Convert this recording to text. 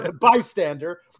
bystander